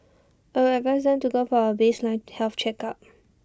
I would advise them to go for A baseline health check